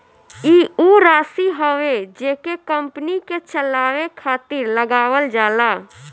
ई ऊ राशी हवे जेके कंपनी के चलावे खातिर लगावल जाला